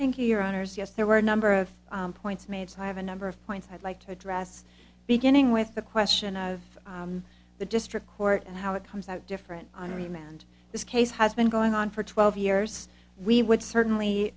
thank you your honors yes there were a number of points made so i have a number of points i'd like to address beginning with the question of the district court and how it comes out different on the man and this case has been going on for twelve years we would certainly